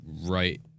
right